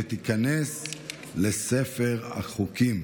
ותיכנס לספר החוקים.